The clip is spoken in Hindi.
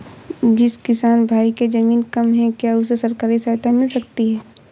जिस किसान भाई के ज़मीन कम है क्या उसे सरकारी सहायता मिल सकती है?